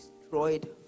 destroyed